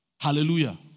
Hallelujah